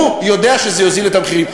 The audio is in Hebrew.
הוא יודע שזה יוריד את המחירים.